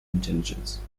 intelligence